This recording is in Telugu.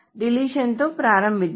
డిలీషన్ తో ప్రారంభిద్దాం